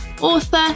author